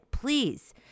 Please